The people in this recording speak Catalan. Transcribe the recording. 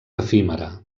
efímera